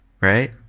right